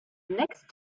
next